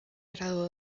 graduó